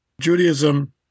Judaism